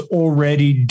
already